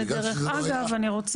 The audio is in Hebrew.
בגלל שזה לא היה הדיון,